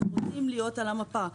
אנחנו רוצים להיות על המפה.